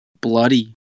Bloody